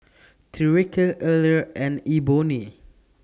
Tyreke Eller and Ebony